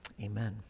Amen